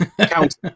Count